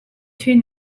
too